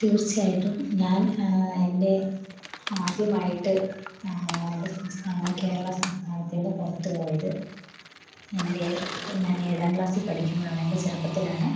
തീർച്ചയായിട്ടും ഞാൻ എൻ്റെ ആദ്യമായിട്ട് എൻ്റെ സംസ്ഥാനം കേരളസംസ്ഥാനത്തിൽ നിന്ന് പുറത്ത് പോയത് എൻ്റെ ഞാൻ ഏഴാം ക്ലാസ്സിൽ പഠിക്കുമ്പോഴാണ് എൻ്റെ ചെറുപ്പത്തിലാണ്